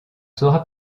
saura